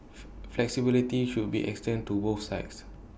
flexibility should be extended to both sides